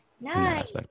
Nice